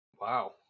wow